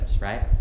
right